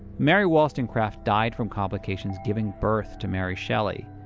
mary wollstonecraft died from complications giving birth to mary shelley,